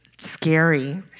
scary